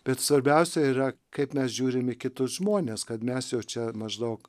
bet svarbiausia yra kaip mes žiūrim į kitus žmones kad mes jau čia maždaug